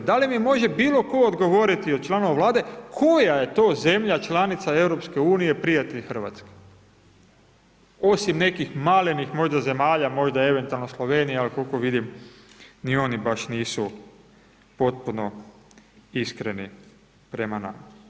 Da li mi može bilo tko odgovoriti od članova Vlade koja je to zemlja, članica EU prijatelj RH, osim nekih malenih možda zemalja, možda eventualno Slovenija, al koliko vidim, ni oni baš nisu potpuno iskreni prema nama?